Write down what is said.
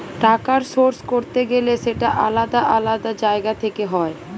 টাকার সোর্স করতে গেলে সেটা আলাদা আলাদা জায়গা থেকে হয়